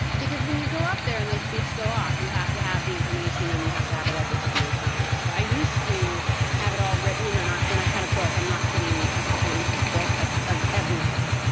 because when you go up there, and those beeps go off, you have to have the information and you have to have it at the tip of your tongue i used to have it all written, and and and i had a book. i'm not kidding, a couple inches thick, of of everything.